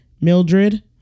Mildred